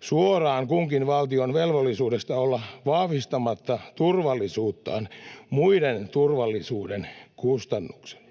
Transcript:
suoraan kunkin valtion velvollisuudesta olla vahvistamatta turvallisuuttaan muiden turvallisuuden kustannuksella.